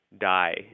die